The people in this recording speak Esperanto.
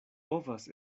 povas